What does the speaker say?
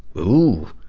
ooooh!